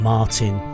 Martin